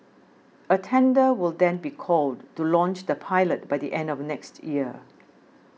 a tender will then be called to launch the pilot by the end of next year